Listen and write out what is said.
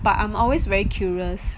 but I'm always very curious